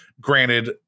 Granted